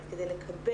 תרתי משמע.